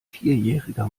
vierjähriger